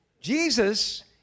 Jesus